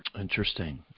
Interesting